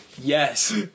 yes